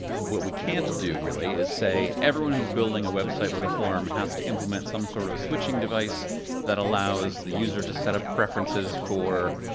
what we can't do, really, is say everyone who's building a website with a form has to implement some sort of switching device that allows the user to set up preferences for